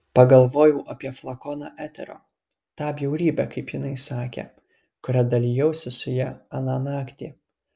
pagalvojau apie flakoną eterio tą bjaurybę kaip jinai sakė kuria dalijausi su ja aną naktį